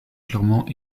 clairement